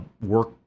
work